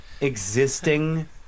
existing